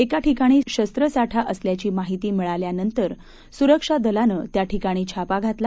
एका ठिकाणी शस्रसाठा असल्याची माहिती मिळाल्यानंतर सुरक्षा दलानं त्या ठिकाणी छापा घातला